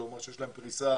כלומר שיש להם פריסה